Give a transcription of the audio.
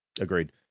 Agreed